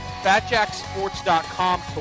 FatJackSports.com